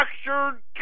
structured